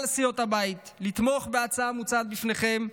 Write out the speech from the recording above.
סיעות הבית לתמוך בהצעה המוצעת בפניכם.